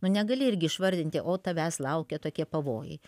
nu negali irgi išvardinti o tavęs laukia tokie pavojai